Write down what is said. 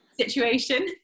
situation